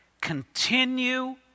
continue